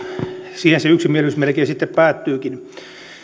siihen se yksimielisyys melkein sitten päättyykin